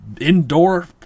indoor